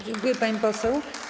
Dziękuję, pani poseł.